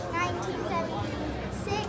1976